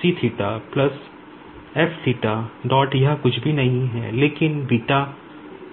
सी theta plus F theta dot यह कुछ भी नहीं है लेकिन बीटा ठीक है